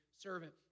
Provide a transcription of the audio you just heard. servant